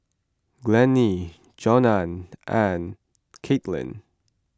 Glennie Johnna and Kaitlynn